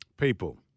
People